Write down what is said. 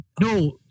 No